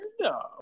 No